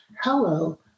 Hello